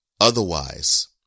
Otherwise